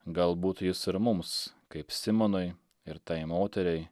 galbūt jis ir mums kaip simonui ir tai moteriai